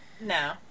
no